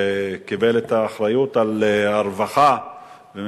שהוא קיבל מממשלת ישראל את האחריות על הרווחה וזה